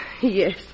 Yes